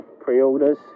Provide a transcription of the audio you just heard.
pre-orders